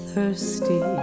thirsty